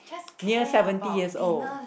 near seventy years old